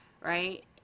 Right